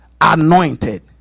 anointed